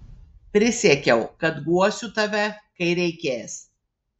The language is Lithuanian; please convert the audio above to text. prisiekiau kad guosiu tave kai reikės